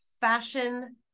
fashion